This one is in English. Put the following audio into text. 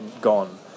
gone